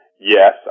yes